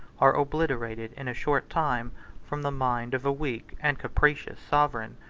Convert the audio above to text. are obliterated in a short time from the mind of a weak and capricious sovereign.